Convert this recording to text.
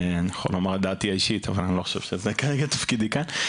אני יכול לומר את דעתי האישית אבל אני לא חושב שזה כרגע תפקידי כאן.